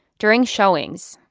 during showings,